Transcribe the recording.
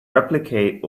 replicate